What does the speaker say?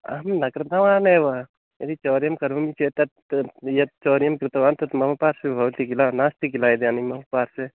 अहं न कृतवानेव यदि चौर्यं करोमि चेत् तत् यत् चौर्यं कृतवन् तत् मम पार्श्वे भवति खिल नास्ति खिल इदानीं मम पार्श्वे